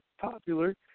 popular